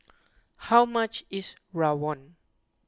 how much is Rawon